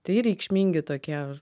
tai reikšmingi tokie